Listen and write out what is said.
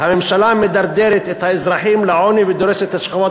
הממשלה מדרדרת את האזרחים לעוני ודורסת את השכבות